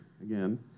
Again